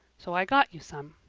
so i got you some,